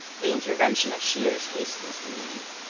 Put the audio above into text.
the intervention of shears hastens the need.